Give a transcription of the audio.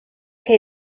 che